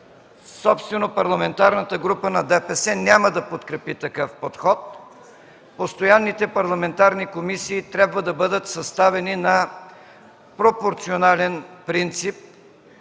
собствено Парламентарната група на ДПС няма да подкрепи такъв подход. Постоянните парламентарни комисии трябва да бъдат съставени на пропорционален принцип,